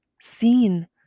seen